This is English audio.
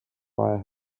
fire